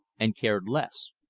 and cared less.